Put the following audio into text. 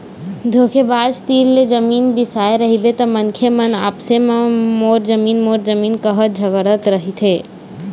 धोखेबाज तीर ले जमीन बिसाए रहिबे त मनखे मन आपसे म मोर जमीन मोर जमीन काहत झगड़त रहिथे